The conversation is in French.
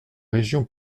région